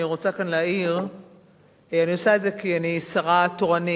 אני רוצה כאן להעיר שאני עושה את זה כי אני שרה תורנית,